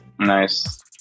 Nice